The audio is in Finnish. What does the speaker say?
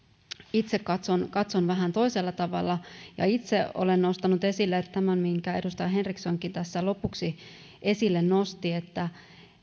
itse katson katson vähän toisella tavalla itse olen nostanut esille tämän minkä edustaja henrikssonkin tässä lopuksi esille nosti että